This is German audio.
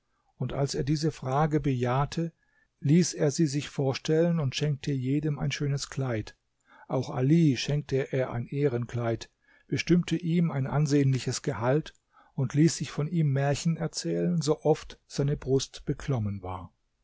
und als er diese frage bejahte ließ er sie sich vorstellen und schenkte jedem ein schönes kleid auch ali schenkte er ein ehrenkleid bestimmte ihm ein ansehnliches gehalt und ließ sich von ihm märchen erzählen sooft seine brust beklommen war